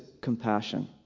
compassion